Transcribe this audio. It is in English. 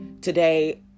Today